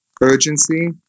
urgency